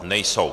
Nejsou.